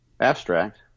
abstract